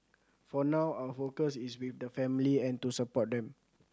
for now our focus is with the family and to support them